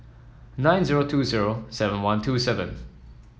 nine zero two zero seven one two seven